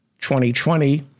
2020